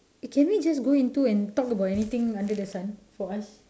eh can we just go into and talk about anything under the sun for us